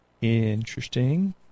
Interesting